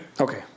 okay